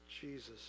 Jesus